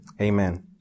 Amen